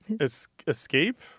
Escape